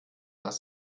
das